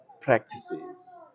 practices